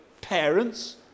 Parents